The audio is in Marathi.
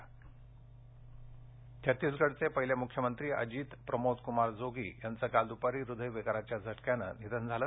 अजित जोगी छत्तीसगढचे पहिले मुख्यमंत्री अजित प्रमोद कुमार जोगी यांचं काल दुपारी हृदय विकाराच्या झटक्यानं निधन झालं